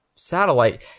satellite